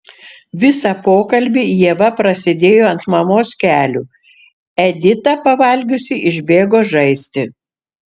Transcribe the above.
visą pokalbį ieva prasėdėjo ant mamos kelių edita pavalgiusi išbėgo žaisti